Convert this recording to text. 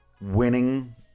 winning